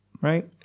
right